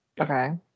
Okay